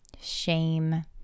shame